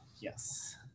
yes